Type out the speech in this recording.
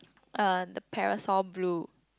uh the parasol blue